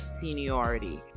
seniority